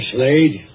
Slade